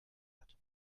hat